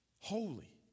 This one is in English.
Holy